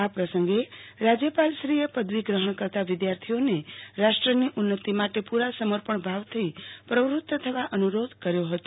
આ પ્રસંગે રાજ્યપાલશ્રીએ પદવી ગ્રહણ કરતા વિદ્યાર્થીઓને રાષ્ટ્રની ઉન્નતિ માટે પૂ રા સમર્પણભાવથી પ્રવૃત્ત થવા અનુ રોધ કર્યો હતો